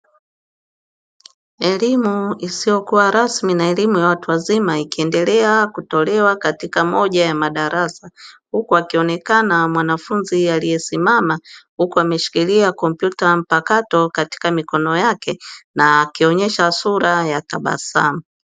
Eimu isiyokua rasmi na elimu ya watu wazima ikiendelea kutolewa katika moja ya madarasa huku akionekana mwanafunzi aliesimama huku ameshikilia kompyuta mpakato katika mikono yake na akionyesha sura ya tabasamu.